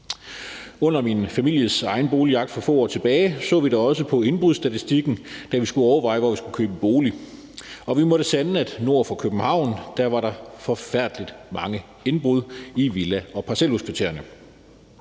Under min families egen boligjagt for få år tilbage så vi da også på indbrudstatistikken, da vi skulle overveje, hvor vi skulle købe bolig, og vi måtte sande, at nord for København var der forfærdelig mange indbrud i villa- og parcelhuskvartererne.